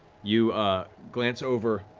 you glance over,